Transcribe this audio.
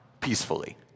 peacefully